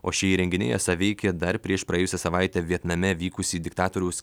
o šie įrenginiai esą veikė dar prieš praėjusią savaitę vietname vykusį diktatoriaus